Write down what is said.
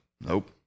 Nope